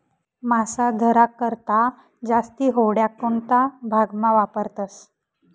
मासा धरा करता जास्ती होड्या कोणता भागमा वापरतस